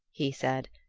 he said.